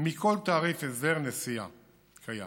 בכל הסדר נסיעה קיים.